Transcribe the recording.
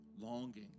longing